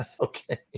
Okay